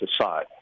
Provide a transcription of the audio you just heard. aside